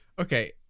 Okay